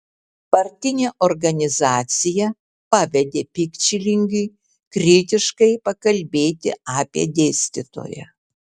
partinė organizacija pavedė pikčilingiui kritiškai pakalbėti apie dėstytoją